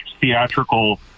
theatrical